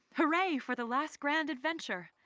hooray for the last grand adventure.